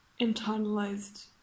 internalized